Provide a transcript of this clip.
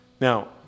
Now